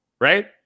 right